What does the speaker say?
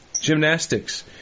gymnastics